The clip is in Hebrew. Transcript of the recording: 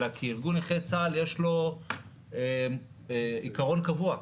אלא כי לארגון נכי צה"ל יש עיקרון קבוע.